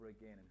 again